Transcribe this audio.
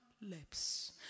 lips